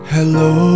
Hello